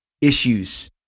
issues